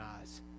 eyes